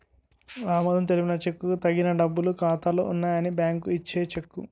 ఆమోదం తెలిపిన చెక్కుకు తగిన డబ్బులు ఖాతాలో ఉన్నాయని బ్యాంకు ఇచ్చే చెక్కు